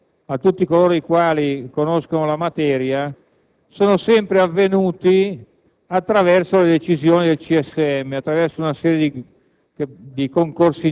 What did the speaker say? che gli addetti ai lavori conoscono molto bene. Qual è stato uno dei problemi gravissimi che ha sempre avuto